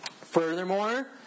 furthermore